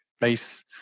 base